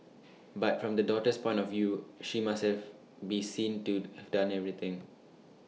but from the daughter's point of view she must have be seen to have done everything